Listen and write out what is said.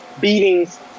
beatings